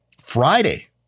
Friday